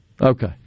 Okay